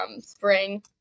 spring